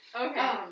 Okay